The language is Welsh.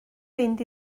fynd